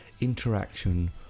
Interaction